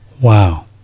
Wow